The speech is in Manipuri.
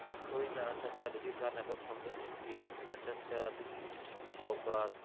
ꯑꯩꯈꯣꯏꯅ ꯁꯔꯀꯥꯔꯗꯒꯤ ꯀꯥꯟꯅꯕ ꯐꯪꯕꯁꯤꯡꯗꯤ ꯔꯁꯟ ꯀꯥꯔꯗ ꯖꯣꯕ ꯀꯥꯔꯗ